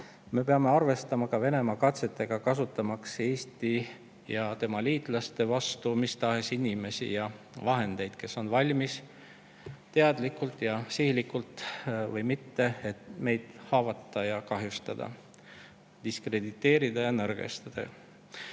peame arvestama ka Venemaa katsetega, kasutamaks Eesti ja tema liitlaste vastu mis tahes inimesi ja vahendeid, kes või mis on valmis – teadlikult ja sihilikult või mitte – meid haavama ja kahjustama, diskrediteerima ja nõrgestama.